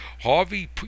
Harvey